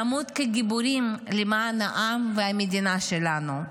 נמות כגיבורים למען העם והמדינה שלנו.